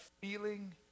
feeling